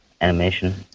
animation